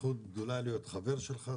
זכות גדולה להיות חבר שלך,